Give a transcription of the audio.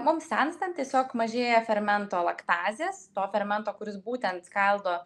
mum senstant tiesiog mažėja fermento laktazės fermento kuris būtent skaldo